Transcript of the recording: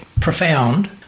profound